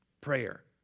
Prayer